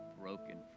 broken